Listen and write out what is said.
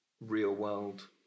real-world